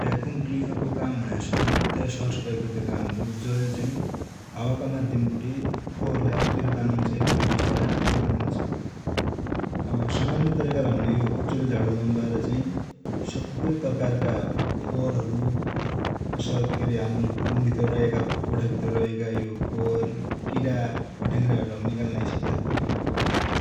Vacuum cleaner को काम भनेको चाइ सामान्यतया सरसफाइ गर्ने काम हो। जैले चाइ हावा को माध्यम बठे फोहरलाइ आफु तिर तानन्छ या कोइ बस्तु लाइ आफु तिर तानन्छ। सामान्यतया हामिले कुच्चो ले झाडो लगौञया सबै प्रकार का फोहर हरु हम्रो रुम भित्र रहेका कोठा भित्र रहेका यो फोहर किरा फट्याङ्रा हम निकाल नाइसक्दा